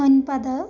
ഒൻപത്